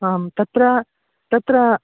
आं तत्र तत्र